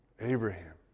Abraham